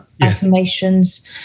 affirmations